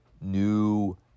new